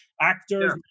actors